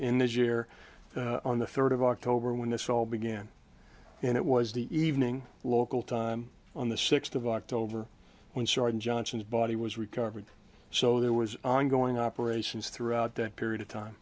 in this year on the third of october when this all began and it was the evening local time on the sixth of october when sergeant johnson's body was recovered so there was ongoing operations throughout that period of time